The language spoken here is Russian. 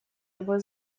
его